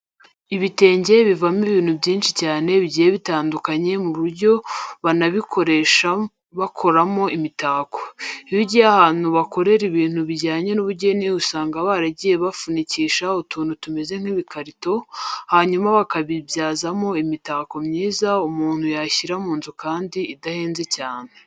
Ibitenge bivamo ibintu byinshi cyane bigiye bitandukanye ku buryo banabikoresha bakoramo imitako. Iyo ugiye ahantu bakora ibintu bijyanye n'ubugeni usanga baragiye babifunikisha utuntu tumeze nk'ibikarito, hanyuma bakabibyazamo imitako myiza umuntu yashyira mu nzu kandi idahenze cyane.